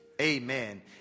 amen